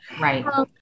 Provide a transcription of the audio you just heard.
Right